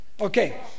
Okay